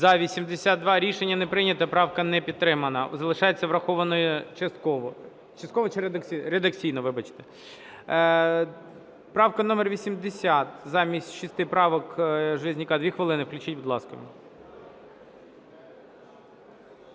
За-82 Рішення не прийнято. Правка не підтримана. Залишається врахованою частково. Частково чи редакційно? Редакційно, вибачте. Правка номер 80. Замість шести правок Железняка 2 хвилини включіть, будь ласка.